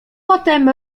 potem